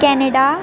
Canada